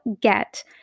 get